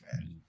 man